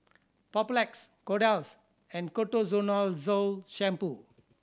Papulex Kordel's and Ketoconazole Shampoo